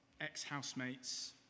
ex-housemates